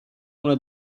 una